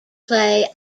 play